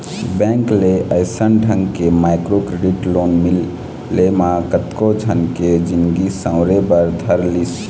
bank ले अइसन ढंग के माइक्रो क्रेडिट लोन मिले म कतको झन के जिनगी सँवरे बर धर लिस